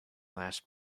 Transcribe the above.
last